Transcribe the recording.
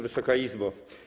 Wysoka Izbo!